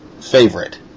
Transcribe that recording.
favorite